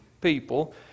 people